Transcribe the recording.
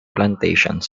plantations